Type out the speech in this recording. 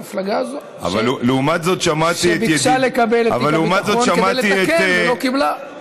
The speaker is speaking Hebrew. המפלגה הזאת שביקשה לקבל את תיק הביטחון כדי לתקן ולא קיבלה.